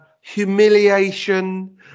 Humiliation